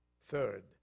Third